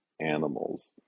animals